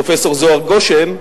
פרופסור זוהר גושן,